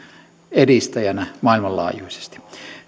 edistäjänä maailmanlaajuisesti